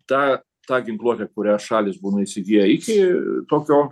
tą tą ginkluotę kurią šalys būna įsigiję iki tokio